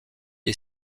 est